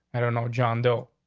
i don't know john doe.